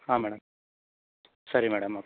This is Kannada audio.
ಹಾಂ ಮೇಡಮ್ ಸರಿ ಮೇಡಮ್ ಓಕೆ